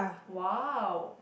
!wow!